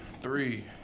three